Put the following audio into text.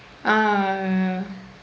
ah